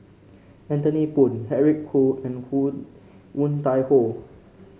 Anthony Poon Eric Khoo and Woon Tai Ho